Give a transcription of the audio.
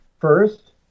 First